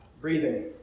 breathing